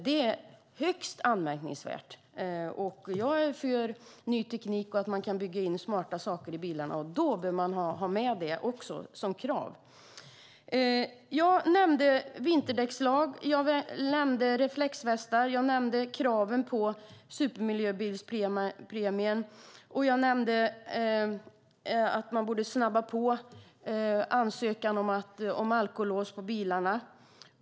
Det är högst anmärkningsvärt. Jag är för ny teknik och att man kan bygga in smarta saker i bilarna. Då behöver man också ha med detta krav. Jag nämnde vinterdäckslag. Jag nämnde reflexvästar. Jag nämnde kraven på supermiljöbilspremien. Jag nämnde att man borde snabba på ansökan om alkolås på bilarna.